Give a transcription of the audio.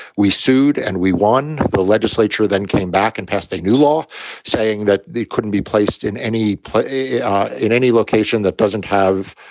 we sued and we won. the legislature then came back and passed a new law saying that they couldn't be placed in any place, yeah in any location that doesn't have